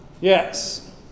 Yes